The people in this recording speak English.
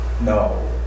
no